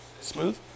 Smooth